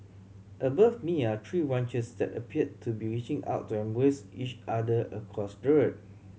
above me are tree branches that appear to be reaching out to embrace each other across the road